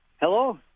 Hello